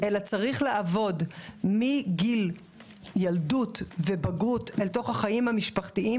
אלא צריך לעבוד מגיל ילדות ובגרות אל תוך החיים המשפחתיים,